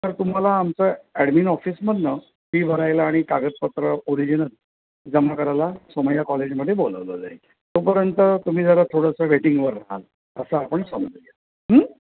तर तुम्हाला आमचा ॲडमिन ऑफिसमधनं फी भरायला आणि कागदपत्र ओरिजिनल जमा करायला सोमय्या कॉलेजमध्ये बोलावलं जाईल तोपर्यंत तुम्ही जरा थोडंसं वेटिंगवर असाल असं आपण समजू